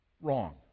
Wrong